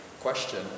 question